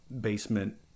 basement